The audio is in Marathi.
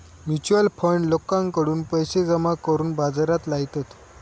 म्युच्युअल फंड लोकांकडून पैशे जमा करून बाजारात लायतत